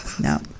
no